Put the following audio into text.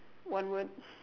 one word